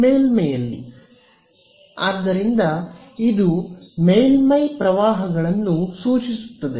ಮೇಲ್ಮೈಯಲ್ಲಿ ಆದ್ದರಿಂದ ಇದು ಮೇಲ್ಮೈ ಪ್ರವಾಹಗಳನ್ನು ಸೂಚಿಸುತ್ತದೆ